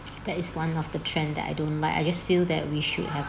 that is one of the trend that I don't like I just feel that we should have